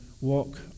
walk